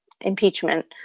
impeachment